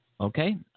Okay